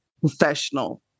professional